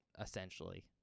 essentially